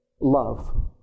love